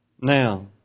Now